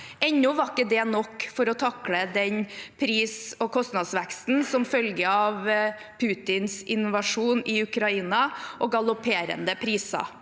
Enda var ikke det nok for å takle pris- og kostnadsveksten som følge av Putins invasjon av Ukraina og galopperende priser.